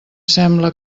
sembla